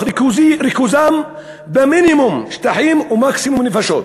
ריכוזם במינימום שטחים ומקסימום נפשות,